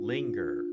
Linger